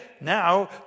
now